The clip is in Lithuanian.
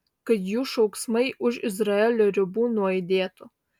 kad jų šauksmai už izraelio ribų nuaidėtų